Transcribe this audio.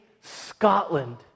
Scotland